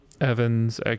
Evans